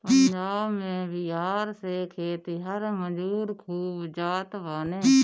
पंजाब में बिहार से खेतिहर मजूर खूब जात बाने